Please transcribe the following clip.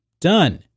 done